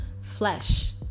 flesh